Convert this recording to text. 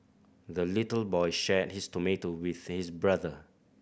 the little boy shared his tomato with his brother